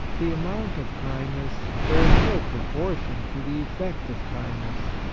the amount of kindness bears no proportion to the effect of kindness.